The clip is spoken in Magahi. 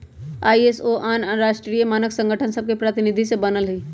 आई.एस.ओ आन आन राष्ट्रीय मानक संगठन सभके प्रतिनिधि से बनल हइ